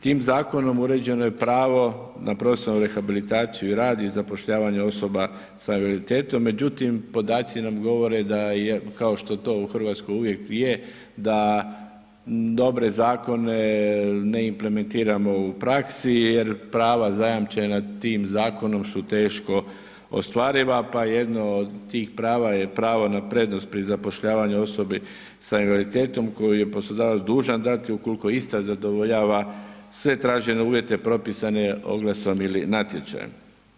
Tim zakonom uređeno je pravo na profesionalnu rehabilitaciju i rad i zapošljavanje osoba sa invaliditetom međutim podaci nam govore da kao što to u Hrvatskoj uvijek i je da dobre zakone ne implementiramo u praksi jer prava zajamčena tim zakonom su teško ostvariva pa jedno od tih prava je pravo na prednost pri zapošljavanju osobi sa invaliditetom kojoj je poslodavac dužan dati ukoliko ista zadovoljava sve tražene uvjete propisane oglasom ili natječajem.